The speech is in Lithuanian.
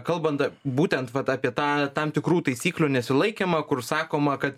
kalbant būtent vat apie tą tam tikrų taisyklių nesilaikymą kur sakoma kad